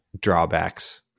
drawbacks